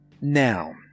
Now